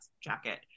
jacket